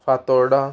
Fatorda